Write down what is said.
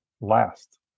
last